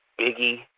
Biggie